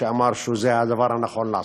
שאמר שזה הדבר הנכון לעשות,